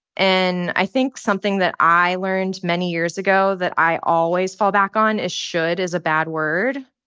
and i think something that i learned many years ago that i always fall back on is should is a bad word.